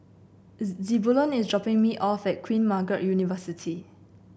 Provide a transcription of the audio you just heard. Zebulon is dropping me off at Queen Margaret University